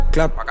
Clap